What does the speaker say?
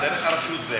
דרך הרשות,